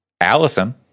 Allison